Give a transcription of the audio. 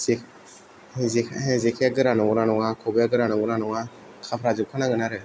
जेखाइया गोरा नंगौना नङा खबाइया गोरा नंगौ ना नङा खाफ्रा जोबखानांगोन आरो